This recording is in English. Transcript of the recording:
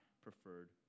preferred